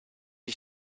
ich